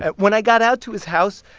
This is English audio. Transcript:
when i got out to his house,